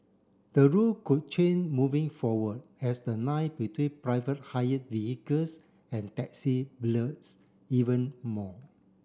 the rule could change moving forward as the line between private hired vehicles and taxi blurs even more